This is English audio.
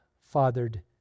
fathered